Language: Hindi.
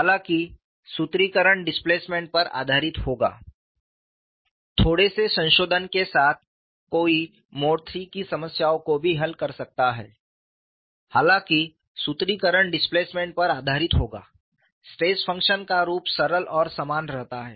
हालांकि सूत्रीकरण डिस्प्लेसमेंट पर आधारित होगा स्ट्रेस फंक्शन का रूप सरल और समान रहता है